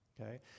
Okay